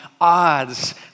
odds